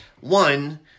one